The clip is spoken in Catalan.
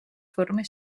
formes